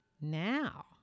Now